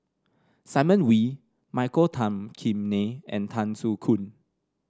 Simon Wee Michael Tan Kim Nei and Tan Soo Khoon